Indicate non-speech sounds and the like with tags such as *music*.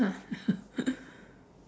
ah *laughs*